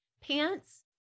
pants